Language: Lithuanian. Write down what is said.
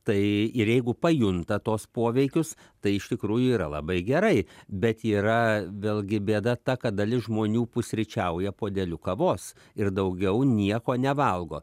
tai ir jeigu pajunta tuos poveikius tai iš tikrųjų yra labai gerai bet yra vėlgi bėda ta kad dalis žmonių pusryčiauja puodeliu kavos ir daugiau nieko nevalgo